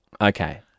Okay